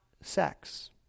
sex